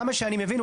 עד כמה שאני מבין,